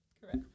Correct